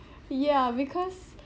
yeah because